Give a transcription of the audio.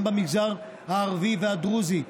גם במגזר הערבי והדרוזי,